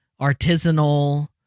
artisanal